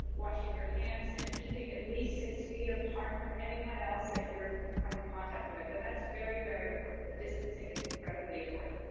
washing your hands, and keeping at least six feet apart from anyone else that you're you come in contact with. and that's very, very important. the distancing is incredibly important.